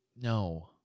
No